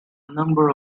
number